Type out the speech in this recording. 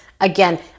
again